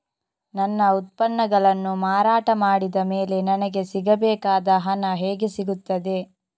ನನ್ನ ಉತ್ಪನ್ನಗಳನ್ನು ಮಾರಾಟ ಮಾಡಿದ ಮೇಲೆ ನನಗೆ ಸಿಗಬೇಕಾದ ಹಣ ಹೇಗೆ ಸಿಗುತ್ತದೆ?